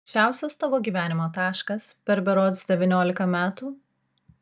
aukščiausias tavo gyvenimo taškas per berods devyniolika metų